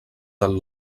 del